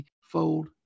fold